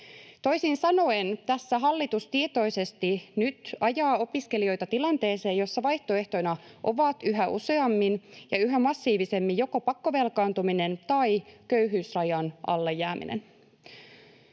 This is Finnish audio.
Toisin sanoen tässä hallitus tietoisesti nyt ajaa opiskelijoita tilanteeseen, jossa vaihtoehtoina ovat yhä useammin ja yhä massiivisemmin joko pakkovelkaantuminen tai köyhyysrajan alle jääminen.